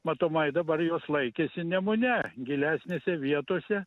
matomai dabar jos laikėsi nemune gilesnėse vietose